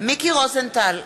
מיקי רוזנטל,